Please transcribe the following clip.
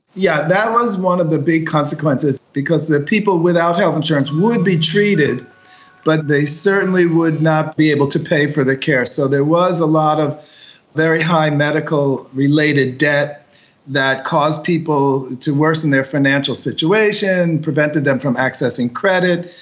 yeah that was one of the big consequences, because the people without health insurance would be treated but they certainly would not be able to pay for their care. so there was a lot of very high medical related debt that caused people to worsen their financial situation, prevented them from accessing credit,